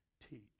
teach